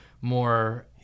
more